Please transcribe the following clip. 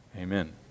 Amen